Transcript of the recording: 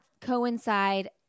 coincide